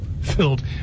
filled